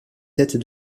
têtes